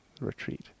retreat